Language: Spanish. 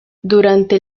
durante